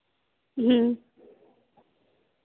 अं